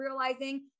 realizing